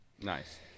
Nice